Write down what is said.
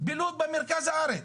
במרכז הארץ.